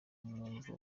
mwumva